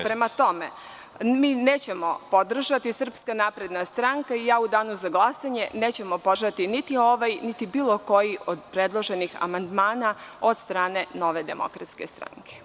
Prema tome, mi nećemo podržati i SNS i ja u danu za glasanje nećemo podržati niti ovaj, niti bilo koji od predloženih amandmana od strane Nove demokratske stranke.